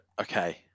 okay